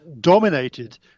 dominated